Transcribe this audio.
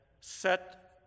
set